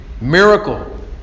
miracle